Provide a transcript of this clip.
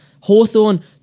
Hawthorne